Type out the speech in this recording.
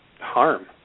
harm